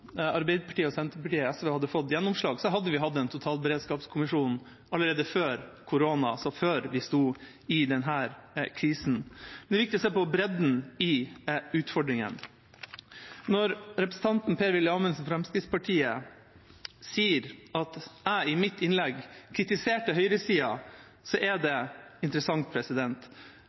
Senterpartiet og SV hadde fått gjennomslag, hadde vi hatt en totalberedskapskommisjon allerede før vi sto i denne krisen. Det er viktig å se på bredden i utfordringene. Når representanten Per-Willy Amundsen fra Fremskrittspartiet sier at jeg i mitt innlegg kritiserte høyresida, er det interessant.